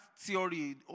theory